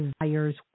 desires